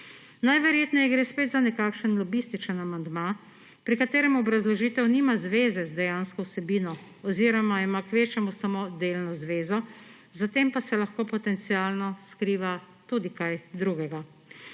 Najverjetneje gre spet za nekakšen lobističen amandma, pri katerem obrazložitev nima zveze z dejansko vsebino oziroma ima kvečjemu samo delno zvezo, za tem pa se lahko potencialno skriva tudi kaj drugega.